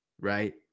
right